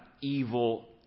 evil